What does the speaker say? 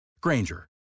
Granger